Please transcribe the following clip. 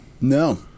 no